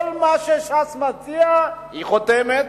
כל מה שש"ס מציעה, היא חותמת,